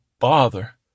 Bother